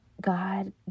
God